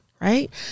right